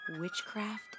witchcraft